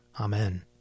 Amen